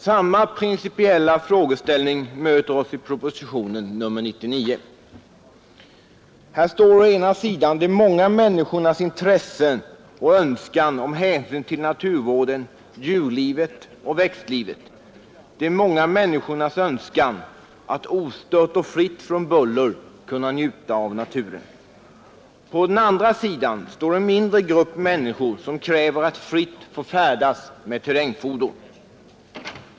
Samma principiella frågeställning möter oss i proposition nr 99, Här står på ena sidan de många människornas intressen och önskan om hänsyn till naturvården, djurlivet och växtlivet, de många människornas önskan att ostört och fritt från buller kunna njuta av naturen. På andra sidan står en mindre grupp människor som kräver att fritt få färdas med terrängfordon.